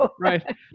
right